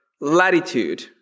latitude